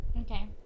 okay